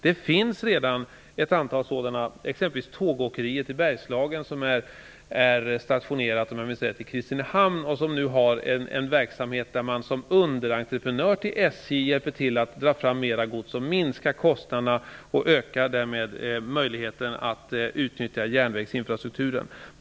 Det finns redan ett antal exempel, bl.a. Tågåkeriet i Bergslagen AB som är stationerat i Kristinehamn. Dess verksamhet går ut på att som underentreprenör till SJ dra fram mer gods och minska kostnaderna. Det ökar möjligheten att utnyttja järnvägsinfrastrukturen.